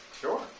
Sure